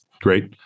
great